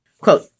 quote